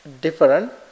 different